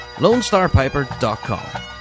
LoneStarPiper.com